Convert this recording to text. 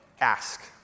Ask